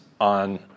on